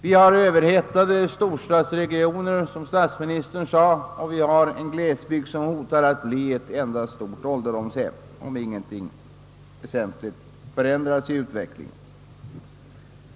Vi har överhettade storstadsregioner, som statsministern sade, och vi har en glesbygd som hotar att bli ett enda stort ålderdomshem, om ingenting väsentligt förändras i utvecklingen.